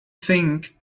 think